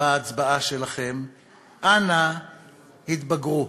בהצבעה שלכם, אנא התבגרו.